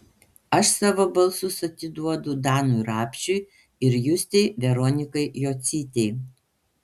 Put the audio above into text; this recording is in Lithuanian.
aš savo balsus atiduodu danui rapšiui ir justei veronikai jocytei